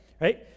right